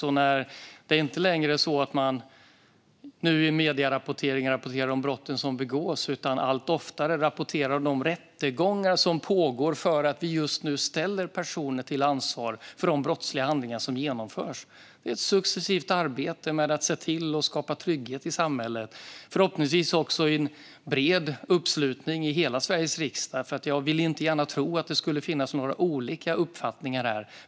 Medierna rapporterar inte längre bara om de brott som begås, utan allt oftare rapporterar man om rättegångar som pågår för att vi nu ställer personer till ansvar för de brottsliga handlingar som genomförs. Det är ett successivt arbete med att se till att skapa trygghet i samhället, förhoppningsvis också i en bred uppslutning i hela Sveriges riksdag. Jag vill inte gärna tro att det skulle finnas några olika uppfattningar här.